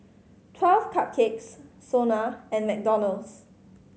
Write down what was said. Twelve Cupcakes SONA and McDonald's